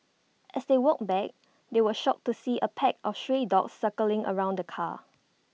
as they walked back they were shocked to see A pack of stray dogs circling around the car